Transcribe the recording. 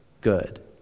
good